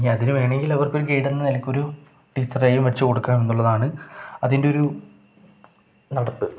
ഇനി അതിന് വേണമെങ്കിൽ അവർക്കൊരു ഗൈഡ് എന്ന നിലക്കൊരു ടീച്ചറും വച്ചു കൊടുക്കുക എന്നുള്ളതാണ് അതിൻ്റെ ഒരു നടപ്പ്